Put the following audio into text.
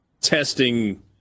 testing